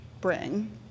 bring